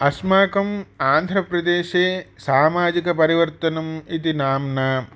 अस्माकम् आन्ध्रप्रदेशे सामाजिकपरिवर्तनम् इति नाम्ना